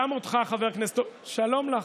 גם אותך, שלום לך,